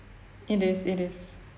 it is it is